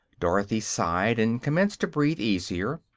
dorothy sighed and commenced to breathe easier.